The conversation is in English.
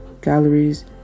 galleries